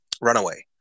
Runaway